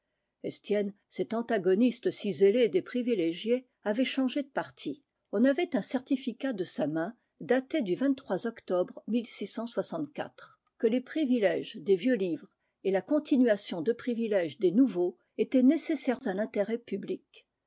estienne cet antagoniste si zélé des privilégiés avait changé de parti on avait un certificat de sa main daté du octobre que les privilèges des vieux livres et la continuation de privilèges des nouveaux étaient nécessaires à l'intérêt public